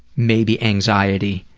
maybe anxiety